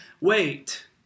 wait